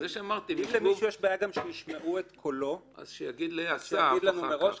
למי שיש בעיה גם שישמעו את קולו, שיגיד לנו מראש.